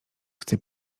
chce